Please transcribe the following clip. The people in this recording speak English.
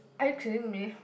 are you kidding me